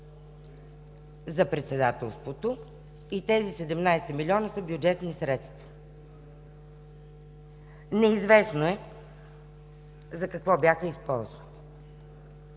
за председателството и тези 17 милиона са бюджетни средства. Неизвестно е за какво бяха използвани.